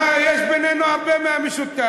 מה, יש בינינו הרבה מהמשותף.